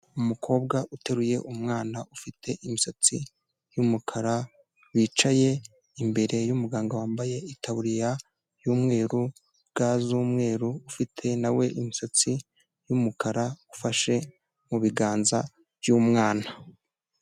Umukobwa uteruye umwana ufite imisatsi y'umukara, wicaye imbere y'umuganga wambaye itaburiya y'umweru, ga z'umweru ufite na we imisatsi y'umukara, ufashe mu biganza by'umwana.